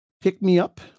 pick-me-up